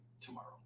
tomorrow